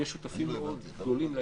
נהיה שותפים גדולים מאוד לעניין,